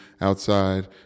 outside